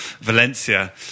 Valencia